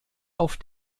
auf